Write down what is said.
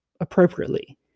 appropriately